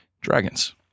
dragons